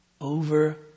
over